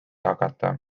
hakata